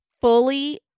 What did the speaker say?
fully